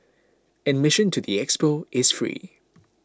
admission to the expo is free